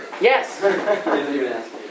yes